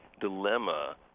dilemma